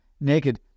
naked